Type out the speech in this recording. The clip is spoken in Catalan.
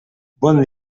bon